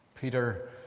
Peter